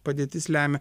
padėtis lemia